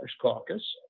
Caucus